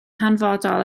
hanfodol